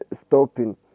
stopping